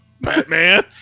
Batman